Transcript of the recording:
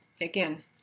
again